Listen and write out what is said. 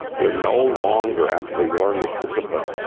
they're no longer after they learn this discipline,